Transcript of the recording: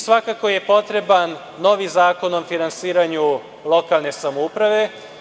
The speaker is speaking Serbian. Svakako je potreban novi zakon o finansiranju lokalne samouprave.